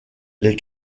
les